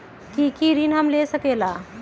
की की ऋण हम ले सकेला?